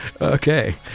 Okay